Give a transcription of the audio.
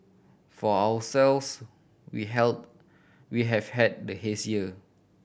for ourselves we had we have had the haze year